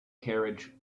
carriage